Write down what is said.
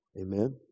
Amen